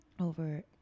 over